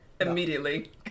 immediately